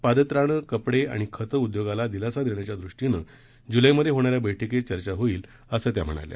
पादत्राणं कपडे आणि खतं उद्योगाला दिलासा देण्याच्या दृष्टीने जुलेमधे होणाऱ्या बैठकीत चर्चा होईल असं त्या म्हणाल्या